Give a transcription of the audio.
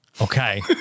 Okay